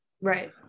Right